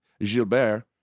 Gilbert